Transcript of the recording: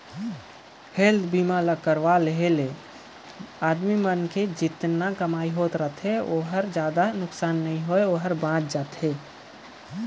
health बीमा ल करवाये लेहे ले मइनसे के जेतना कमई होत रथे ओतना मे ढेरे नुकसानी नइ होय